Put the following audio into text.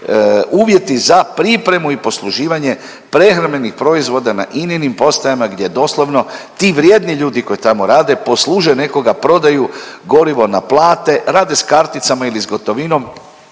uvjeti za pripremu i posluživanje prehrambenih proizvoda na INA-inim postajama gdje doslovno ti vrijedni ljudi koji tamo rade posluže nekoga, prodaju gorivo, naplate, rade sa karticama ili s gotovinom